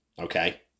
okay